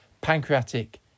pancreatic